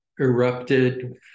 erupted